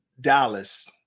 Dallas